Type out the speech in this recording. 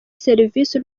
serivisi